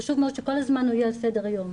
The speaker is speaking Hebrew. חשוב מאוד שכל הזמן הוא יהיה על סדר היום.